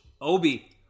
Obi